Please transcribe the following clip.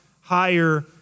higher